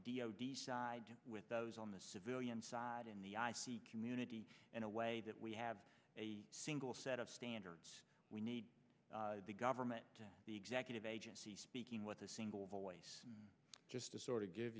d o d side with those on the civilian side in the i c community in a way that we have a single set of standards we need the government to the executive agency speaking with a single voice just to sort of give